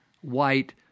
white